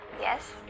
Yes